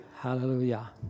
Hallelujah